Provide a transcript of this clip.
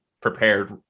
prepared